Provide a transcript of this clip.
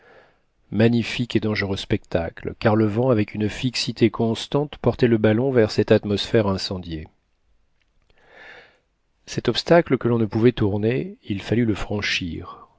magnifique et dangereux spectacle car le vent avec une fixité constante portait le ballon vers cette atmosphère incendiée cet obstacle que l'on ne pouvait tourner il fallut le franchir